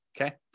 okay